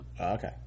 Okay